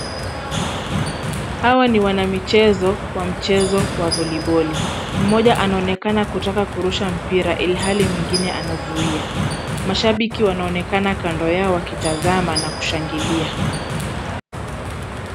Hawa ni wana michezo wa mchezo wa volleyball . Mmoja anaoenakana kutaka kurusha mpira ilhali mwingine anazuia. Mashabiki wanaoenekana kando yao wakitazama na kushangilia.